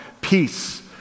Peace